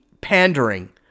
pandering